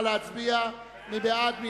נא להצביע, מי בעד?